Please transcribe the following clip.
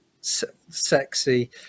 sexy